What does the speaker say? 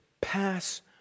pass